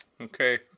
Okay